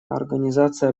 организация